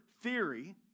theory